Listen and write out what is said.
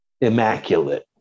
immaculate